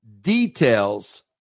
details